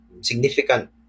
significant